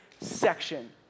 section